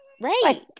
Right